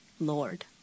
Lord